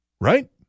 Right